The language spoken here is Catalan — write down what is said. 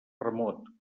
remot